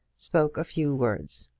spoke a few words.